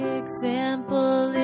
example